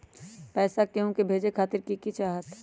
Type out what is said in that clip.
पैसा के हु के भेजे खातीर की की चाहत?